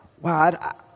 wow